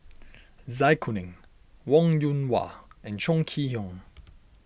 Zai Kuning Wong Yoon Wah and Chong Kee Hiong